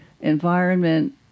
environment